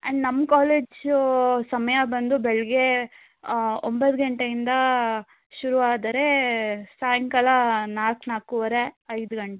and ನಮ್ಮ college ಸಮಯ ಬಂದು ಬೆಳಗ್ಗೆ ಒಂಬತ್ತು ಗಂಟೆಯಿಂದ ಶುರು ಆದರೆ ಸಾಯಂಕಾಲ ನಾಲ್ಕು ನಾಲ್ಕುವರೆ ಐದು ಗಂಟೆ